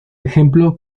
ejemplo